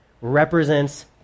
represents